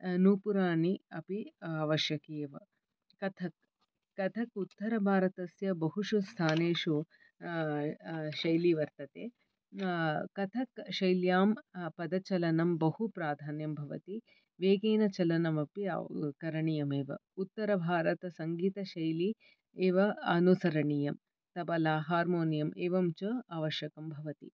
नूपुरानि अपि आवश्यकी एव कथक् कथक् उत्तरभारतस्य बहुषु स्थलेषु शैली वर्तते कथक् शैल्यां पदचलनं बहु प्राधान्यं भवति वेगेन चलनमपि करणीयमेव उत्तरभारतसङ्गीतशैली एव अनुसरणीयं तबला हार्मोनियम् एवं च आवश्यकं भवति